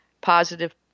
Positive